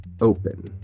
open